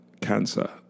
cancer